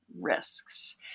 risks